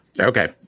Okay